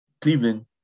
Cleveland